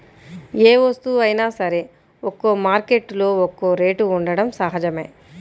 ఏ వస్తువైనా సరే ఒక్కో మార్కెట్టులో ఒక్కో రేటు ఉండటం సహజమే